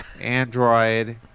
Android